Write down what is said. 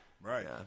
right